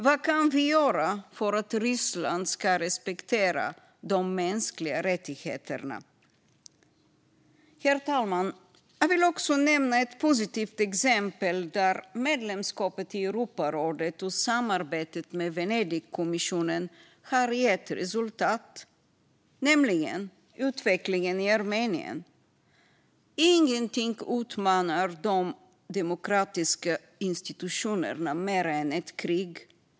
Vad kan vi göra för att Ryssland ska respektera de mänskliga rättigheterna? Herr talman! Jag vill också nämna ett positiv exempel där medlemskapet i Europarådet och samarbetet med Venedigkommissionen har gett resultat, nämligen utvecklingen i Armenien. Ingenting utmanar de demokratiska institutionerna mer än ett krig.